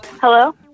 Hello